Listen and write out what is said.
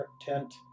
tent